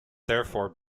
therefore